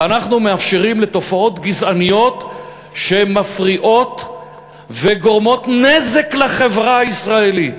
ואנחנו מאפשרים תופעות גזעניות שמפריעות וגורמות נזק לחברה הישראלית.